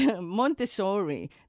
Montessori